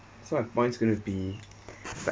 so my points going to be